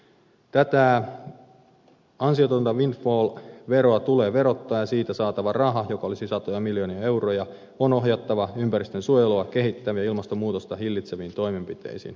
tätä ansiotonta windfall veroa tulee verottaa ja siitä saatava raha joka olisi satoja miljoonia euroja on ohjattava ympäristönsuojelua kehittäviin ja ilmastonmuutosta hillitseviin toimenpiteisiin